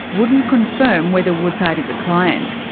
wouldn't confirm whether woodside is a client,